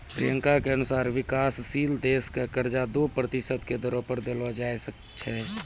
प्रियंका के अनुसार विकाशशील देश क कर्जा दो प्रतिशत के दरो पर देलो जाय छै